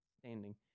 standing